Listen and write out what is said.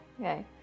Okay